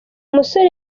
musore